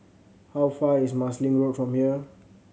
how far is Marsiling Road from here